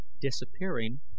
disappearing